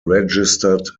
registered